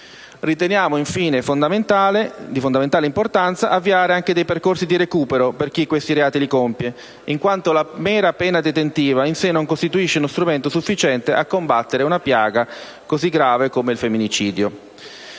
Riteniamo infine di fondamentale importanza avviare dei percorsi di recupero per chi questi reati li compie, in quanto la mera pena detentiva in sé non costituisce uno strumento sufficiente a combattere una piaga così grave come il femminicidio.